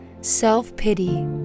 self-pity